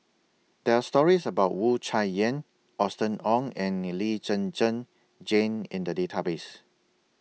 There Are stories about Wu Tsai Yen Austen Ong and in Lee Zhen Zhen Jane in The Database